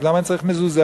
אז למה אני צריך מזוזה?